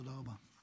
תודה רבה.